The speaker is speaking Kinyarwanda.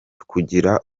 kugira